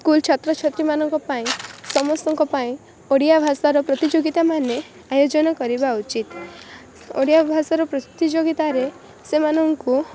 school ଛାତ୍ରଛାତ୍ରୀ ମାନଙ୍କ ପାଇଁ ସମସ୍ତଙ୍କ ପାଇଁ ଓଡ଼ିଆ ଭାଷାର ପ୍ରତିଯୋଗିତା ମାନେ ଆୟୋଜନ କରିବା ଉଚିତ ଓଡ଼ିଆ ଭାଷାର ପ୍ରତିଯୋଗିତାରେ ସେମାନଙ୍କୁ